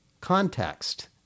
context